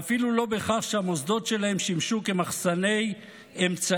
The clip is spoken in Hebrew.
ואפילו לא בהכרח המוסדות שלהם שימשו כמחסני אמצעי